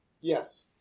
Yes